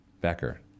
Becker